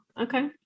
Okay